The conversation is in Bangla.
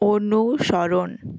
অনুসরণ